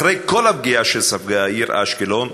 אחרי כל הפגיעה שספגה העיר אשקלון,